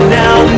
now